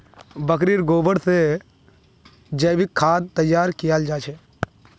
बकरीर गोबर से जैविक खाद तैयार कियाल जा छे